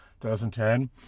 2010